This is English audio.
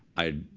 i